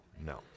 no